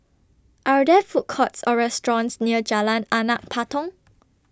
Are There Food Courts Or restaurants near Jalan Anak Patong